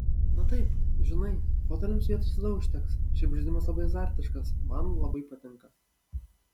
na taip žinai foteliams vietos visada užteks šiaip žaidimas labai azartiškas man labai patinka